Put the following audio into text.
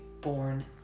born